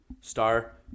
Star